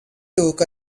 took